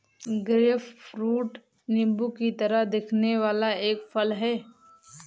grapefruit नींबू की तरह दिखने वाला एक फल है